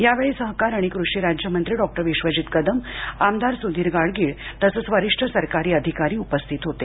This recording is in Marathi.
यावेळी सहकार आणि क्रषि राज्यमंत्री डॉक्टर विश्वजीत कदम आमदार सुधीर गाडगीळ तसंच वरिष्ठ सरकारी अधिकारी उपस्थित होते